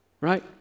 right